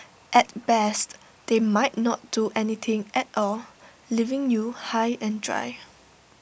at best they might not do anything at all leaving you high and dry